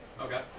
Okay